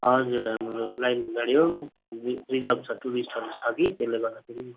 हजुर हाम्रो ब्लाइन्ड गाडी हो रिजर्भ छ टुरिस्टहरू छ कि त्यसले गर्दाखेरि